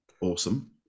awesome